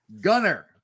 Gunner